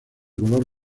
color